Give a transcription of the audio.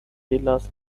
pelas